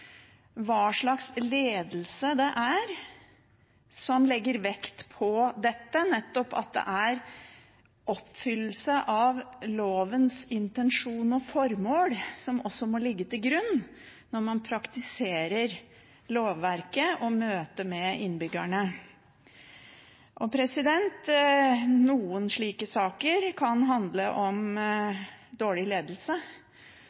hva slags ledelse det er som legger vekt på at det er oppfyllelse av lovens intensjon og formål som må ligge til grunn når man praktiserer lovverket og møte med innbyggerne. Noen slike saker kan handle om